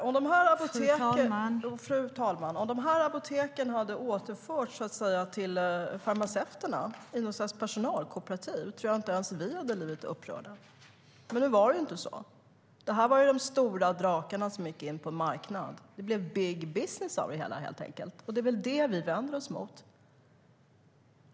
Fru talman! Om apoteken hade återförts till farmaceuterna i något slags personalkooperativ tror jag att inte ens vi hade blivit upprörda. Men nu var det inte så. Det var de stora drakarna som gick in på en marknad. Det blev big business av det hela helt enkelt. Det är det vi vänder oss mot.